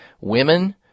women